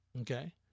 Okay